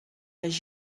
els